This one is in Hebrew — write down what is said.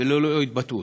וללא התבטאות.